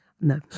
No